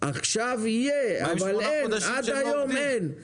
אבל עד היום אין.